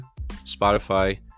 Spotify